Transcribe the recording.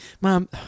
mom